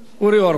אורי אורבך.